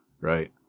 Right